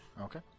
Okay